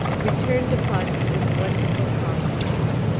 returned upon me with wonderful promptitude.